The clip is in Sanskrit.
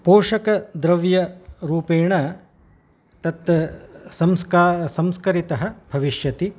पोषकद्रव्यरूपेण तत् संस्का संस्कृतः भविष्यति